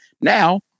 Now